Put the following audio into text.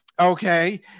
Okay